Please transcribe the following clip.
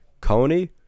Coney